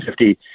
50